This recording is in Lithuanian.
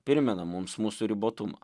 primena mums mūsų ribotumą